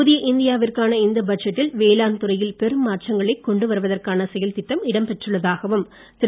புதிய இந்தியா விற்கான இந்த பட்ஜெட்டில் வேளாண் துறையில் பெரும் மாற்றங்களைக் கொண்டு வருவதற்கான செயல்திட்டம் இடம் பெற்றுள்ளதாகவும் திரு